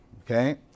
Okay